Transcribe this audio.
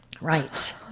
Right